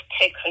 take